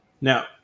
now